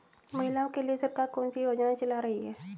महिलाओं के लिए सरकार कौन सी योजनाएं चला रही है?